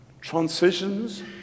Transitions